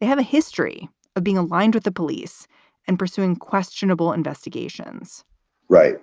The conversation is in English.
have a history of being aligned with the police and pursuing questionable investigations right.